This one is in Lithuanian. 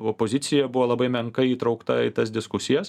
opozicija buvo labai menkai įtraukta į tas diskusijas